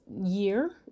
year